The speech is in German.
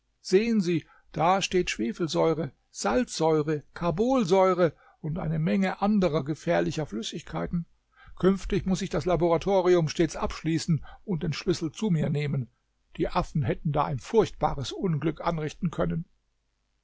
sehen sie da steht schwefelsäure salzsäure karbolsäure und eine menge andrer gefährlicher flüssigkeiten künftig muß ich das laboratorium stets abschließen und den schlüssel zu mir nehmen die affen hätten da ein furchtbares unglück anrichten können